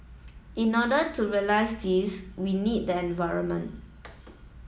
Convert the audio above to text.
in order to realise this we need the environment